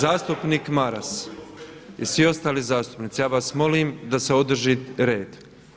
Zastupnik Maras i svi ostali zastupnici, ja vas molim da se održi red.